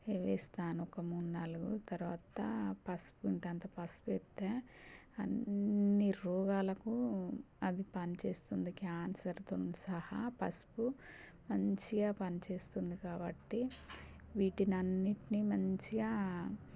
ఇవి వేస్తాను ఒక మూడు నాలుగు తర్వాత పసుపు ఇంతంత పసుపు వేస్తే అన్నీ రోగాలకు అది పని చేస్తుంది కాన్సర్తోను సహా పసుపు మంచిగా పని చేస్తుంది కాబట్టి వీటినన్నిటిని మంచిగా